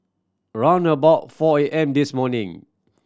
round about four A M this morning